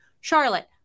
Charlotte